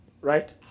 right